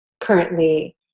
currently